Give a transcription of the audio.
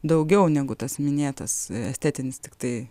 daugiau negu tas minėtas estetinis tiktai